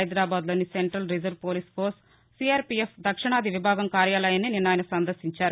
హైదరాబాద్లోని central reserve police force CRPF దక్షిణాది విభాగం కార్యాలయాన్ని నిన్న ఆయన సందర్భించారు